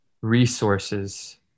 resources